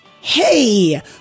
hey